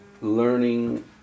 learning